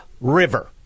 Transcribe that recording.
river